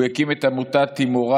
הוא הקים את עמותת תימורה,